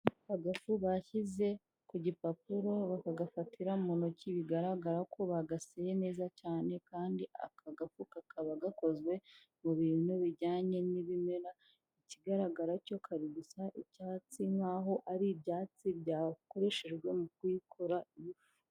Agafu bashyize ku gipapuro bakagafatira mu ntoki bigaragara ko bagaseye neza cyane kandi aka gafu kakaba gakozwe mu bintu bijyanye n'ibimera, ikigaragara cyo kari gusa icyatsi nk'aho ari ibyatsi byakoreshejwe mu kuyikora iyi fu.